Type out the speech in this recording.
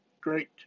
great